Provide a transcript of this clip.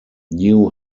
new